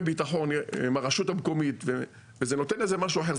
הביטחון וברשות המקומית וזה נותן משהו אחר,